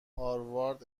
هاروارد